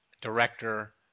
director